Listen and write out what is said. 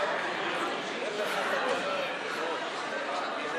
קביעת שכר חברי הכנסת בידי ועדה ציבורית),